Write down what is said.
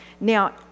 now